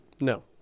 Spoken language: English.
No